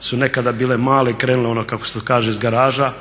su nekada bile male i krenule kako se to kaže iz garaža,